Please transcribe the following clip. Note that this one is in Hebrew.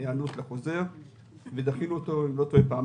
ובאמת דחינו את זה, אם אני לא טועה, פעמיים.